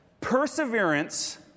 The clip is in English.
perseverance